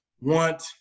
want